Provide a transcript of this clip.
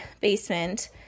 basement